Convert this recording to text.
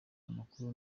amakuru